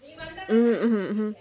mm mmhmm mmhmm